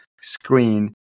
screen